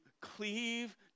cleave